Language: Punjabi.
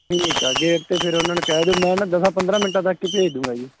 ਠੀਕ ਆ ਗੇਟ 'ਤੇ ਫਿਰ ਉਨ੍ਹਾਂ ਨੂੰ ਕਹਿ ਦਿਓ ਮੈਂ ਨਾ ਦਸਾਂ ਪੰਦਰਾਂ ਮਿੰਟਾਂ ਤੱਕ ਹੀ ਭੇਜ ਦੂੰਗਾ ਜੀ